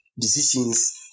decisions